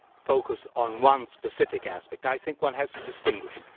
focus on one specific aspect. i think one has to distinguish.